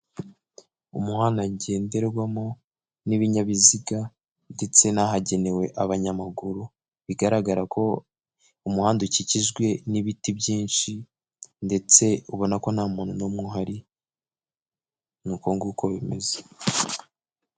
Umuhanda ngenderwamo n'ibinyabiziga ndetse n'ahagenewe abanyamaguru, bigaragara ko umuhanda ukikijwe n'ibiti byinshi ndetse ubona ko nta muntu n'umwe uhari, ni uko nguko bimeze.